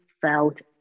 felt